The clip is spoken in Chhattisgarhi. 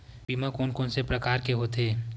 बीमा कोन कोन से प्रकार के होथे?